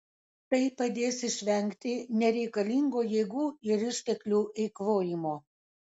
tai padės išvengti nereikalingo jėgų ir išteklių eikvojimo